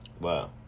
Wow